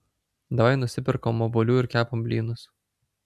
davai nusiperkam obuolių ir kepam blynus